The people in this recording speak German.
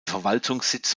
verwaltungssitz